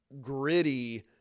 gritty